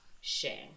share